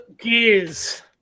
gears